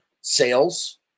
sales